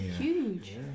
huge